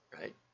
right